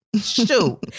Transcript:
Shoot